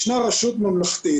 יש רשות ממלכתית,